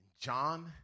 John